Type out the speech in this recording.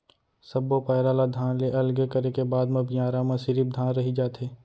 सब्बो पैरा ल धान ले अलगे करे के बाद म बियारा म सिरिफ धान रहि जाथे